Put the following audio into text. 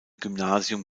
gymnasium